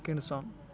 କିଣ୍ସନ୍